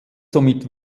somit